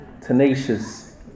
tenacious